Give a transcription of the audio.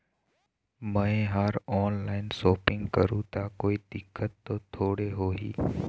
मैं हर online shopping करू ता कोई दिक्कत त थोड़ी होही?